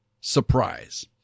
surprise